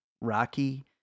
Rocky